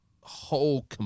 whole